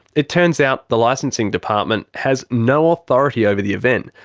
it turns out the licensing department has no authority over the event,